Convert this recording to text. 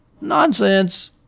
Nonsense